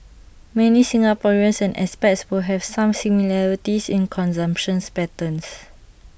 many Singaporeans and expats will have some similarities in consumptions patterns